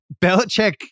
Belichick